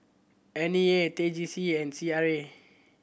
N E A T J C and C R A